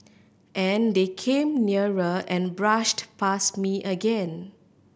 and then they came nearer and brushed past me again